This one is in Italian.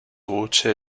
voce